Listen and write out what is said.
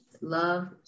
love